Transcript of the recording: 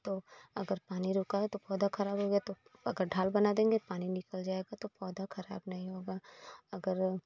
तो अगर पानी रुका है तो पौधा खराब हो गया तो अगर ढाल बना देंगे पानी निकल जाएगा तो पौधा खराब नहीं होगा अगर